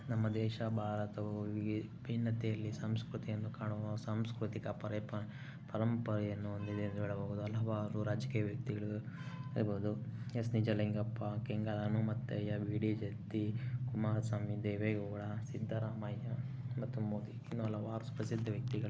ನಮ್ಮ ದೇಶ ಭಾರತವು ವಿಭಿನ್ನತೆಯಲ್ಲಿ ಸಂಸ್ಕೃತಿಯನ್ನು ಕಾಣುವ ಸಾಂಸ್ಕೃತಿಕ ಪರೆಪ ಪರಂಪರೆಯನ್ನು ಹೊಂದಿದೆ ಎಂದು ಹೇಳಬಹುದು ಹಲವಾರು ರಾಜಕೀಯ ವ್ಯಕ್ತಿಗಳು ಇರ್ಬೌದು S Nijalingappa Kengal Hanumanthaiah B D Jatti Kumaraswamy Deve Gowda Siddaramaiah ಮತ್ತು ಮೋದಿ ಇನ್ನು ಹಲವಾರು ಪ್ರಸಿದ್ಧ ವ್ಯಕ್ತಿಗಳು